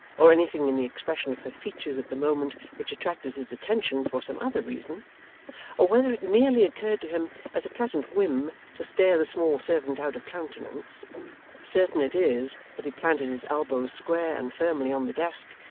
or anything in the expression of her features at the moment which attracted his attention for some other reason or whether it merely occurred to him as a pleasant whim to stare the small servant out of countenance certain it is, that he planted his elbows square and firmly on the desk,